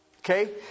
Okay